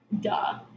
duh